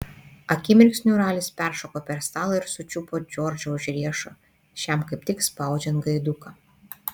akimirksniu ralis peršoko per stalą ir sučiupo džordžą už riešo šiam kaip tik spaudžiant gaiduką